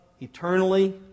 eternally